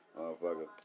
Motherfucker